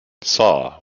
saw